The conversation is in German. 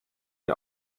die